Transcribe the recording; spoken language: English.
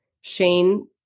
Shane